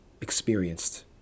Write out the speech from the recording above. experienced